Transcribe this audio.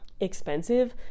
expensive